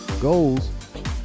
goals